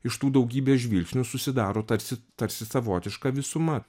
iš tų daugybės žvilgsnių susidaro tarsi tarsi savotiška visuma